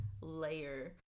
layer